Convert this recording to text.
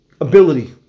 ability